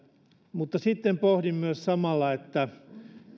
mutta sitten pohdin myös samalla että